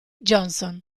johnson